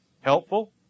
Helpful